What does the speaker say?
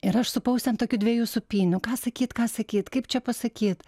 ir aš supausi ant tokių dvejų supynių ką sakyt ką sakyt kaip čia pasakyt